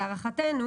להערכתנו